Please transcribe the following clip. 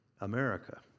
America